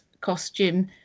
costume